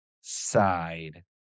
side